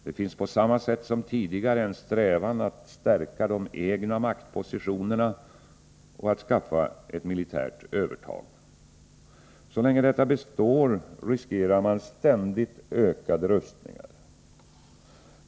Det finns på samma sätt som tidigare en strävan att stärka de egna maktpositionerna och få ett militärt övertag. Så länge detta består riskerar man ständigt ökade rustningar.